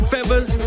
Feathers